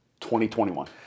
2021